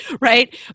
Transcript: right